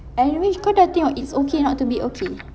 and you which kau sudah tengok it's okay not to be okay